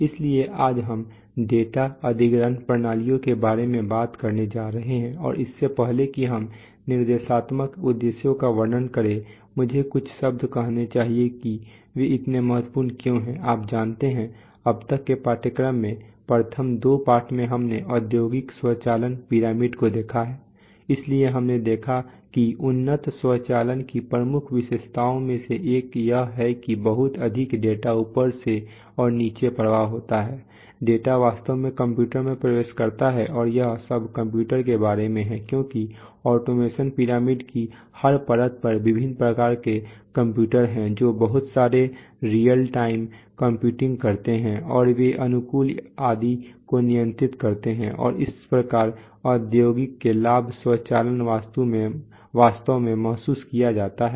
इसलिए आज हम डेटा अधिग्रहण प्रणालियों के बारे में बात करने जा रहे हैं और इससे पहले कि हम निर्देशात्मक उद्देश्यों का वर्णन करें मुझे कुछ शब्द कहने चाहिए कि वे इतने महत्वपूर्ण क्यों हैं आप जानते हैं अब तक के पाठ्यक्रम में प्रथम दो पाठ में हमने औद्योगिक स्वचालन पिरामिड को देखा है इसलिए हमने देखा कि उन्नत स्वचालन की प्रमुख विशेषताओं में से एक यह है कि बहुत अधिक डेटा ऊपर और नीचे प्रवाह होता है डेटा वास्तव में कंप्यूटर में प्रवेश करता है और यह सब कंप्यूटर के बारे में है क्योंकि ऑटोमेशन पिरामिड की हर परत पर विभिन्न प्रकार के कंप्यूटर हैं जो बहुत सारे रीयल टाइम कंप्यूटिंग करते हैं और वे अनुकूलन आदि को नियंत्रित करते हैं और इस प्रकार औद्योगिक के लाभ स्वचालन वास्तव में महसूस किया जाता है